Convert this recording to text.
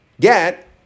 get